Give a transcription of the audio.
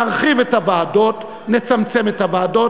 נרחיב את הוועדות, נצמצם את מספר הוועדות.